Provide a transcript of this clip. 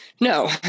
No